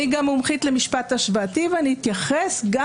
אני גם מומחית למשפט השוואתי ואני אתייחס גם